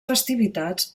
festivitats